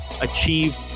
achieve